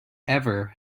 ever